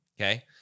okay